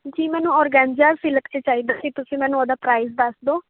ਜੀ ਮੈਨੂੰ organza silk 'ਚ ਚਾਹੀਦਾ ਕਿ ਤੁਸੀਂ ਮੈਨੂੰ ਉਹਦਾ ਪ੍ਰਾਈਜ ਦੱਸ ਦਿਓ